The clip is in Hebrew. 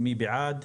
מי בעד?